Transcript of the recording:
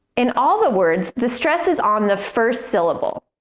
in all the words, the stress is on the first syllable.